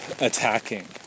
attacking